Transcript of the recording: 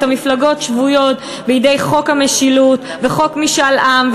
את המפלגות שבויות בידי חוק המשילות וחוק משאל עם,